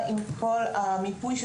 לכן אנחנו משתדלים מאוד בשינוי של